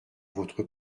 votre